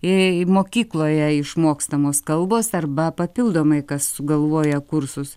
ir mokykloje išmokstamos kalbos arba papildomai kas sugalvoja kursus